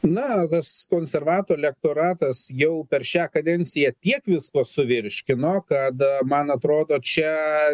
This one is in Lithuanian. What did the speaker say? na tas konservatų elektoratas jau per šią kadenciją tiek visko suvirškino kad man atrodo čia